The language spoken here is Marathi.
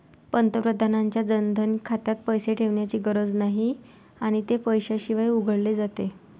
पंतप्रधानांच्या जनधन खात्यात पैसे ठेवण्याची गरज नाही आणि ते पैशाशिवाय उघडले जाते